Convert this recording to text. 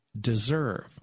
deserve